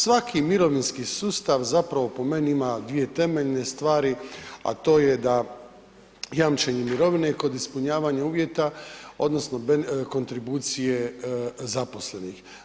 Svaki mirovinski sustav zapravo po meni ima dvije temeljne stvari a to je da jamčenje mirovine kod ispunjavanja uvjeta odnosno kontribucije zaposlenih.